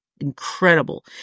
incredible